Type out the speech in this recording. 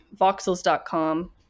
voxels.com